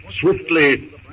swiftly